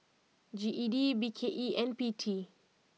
G E D B K E and P T